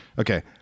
Okay